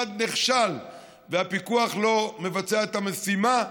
שהמשרד נכשל והפיקוח לא מבצע את המשימה,